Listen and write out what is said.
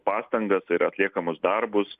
pastangas ir atliekamus darbus